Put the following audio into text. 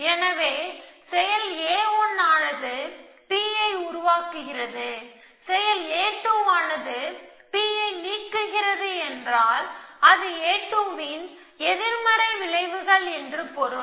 எனவே செயல் a1 ஆனது P ஐ உருவாக்குகிறது மற்றும் செயல் a2 ஆனது P ஐ நீக்குகிறது என்றால் அது a2 ன் எதிர்மறை விளைவுகள் என்று பொருள்